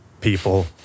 people